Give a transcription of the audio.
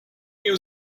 new